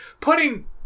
Putting